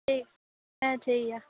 ᱴᱷᱤᱠ ᱦᱮᱸ ᱴᱷᱤᱠ ᱜᱮᱭᱟ